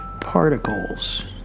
particles